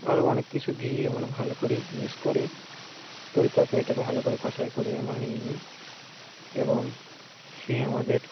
আরও অনেক কিছু দিয়ে আমার ভালো করে মিক্স করে তরিতরকারই এটাকে ভালো করে কসাই করে আমার নিয়ে নি এবং সে আমাদের